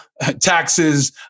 taxes